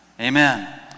Amen